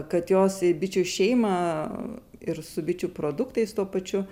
kad jos į bičių šeimą ir su bičių produktais tuo pačiu